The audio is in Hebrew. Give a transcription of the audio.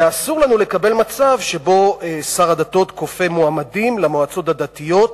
ואסור לנו לקבל מצב שבו שר הדתות כופה מועמדים למועצות הדתיות